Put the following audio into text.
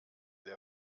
der